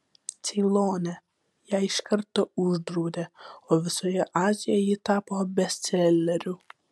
ceilone ją iš karto uždraudė o visoje azijoje ji tapo bestseleriu